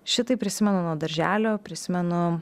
šitai prisimenu nuo darželio prisimenu